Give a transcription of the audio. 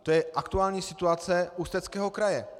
To je aktuální situace Ústeckého kraje.